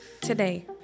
today